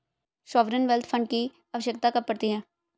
Sovereign wealth fund की आवश्यकता कब पड़ती है?